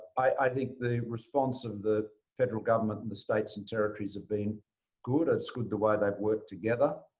i think the response of the federal government in the states and territories have been good. it's good, the way they've worked together.